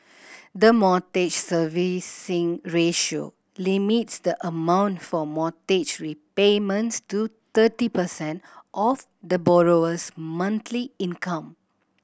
the Mortgage Servicing Ratio limits the amount for mortgage repayments to thirty percent of the borrower's monthly income